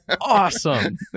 Awesome